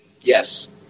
Yes